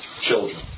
children